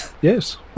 Yes